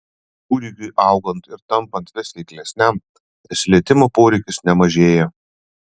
kūdikiui augant ir tampant vis veiklesniam prisilietimo poreikis nemažėja